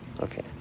Okay